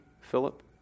Philip